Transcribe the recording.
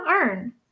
earn